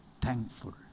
thankful